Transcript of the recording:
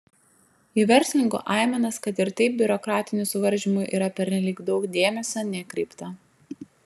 į verslininkų aimanas kad ir taip biurokratinių suvaržymų yra pernelyg daug dėmesio nekreipta